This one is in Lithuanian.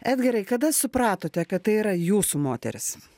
edgarai kada supratote kad tai yra jūsų moteris